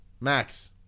Max